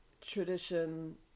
tradition